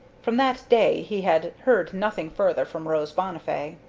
from that day he had heard nothing further from rose bonnifay.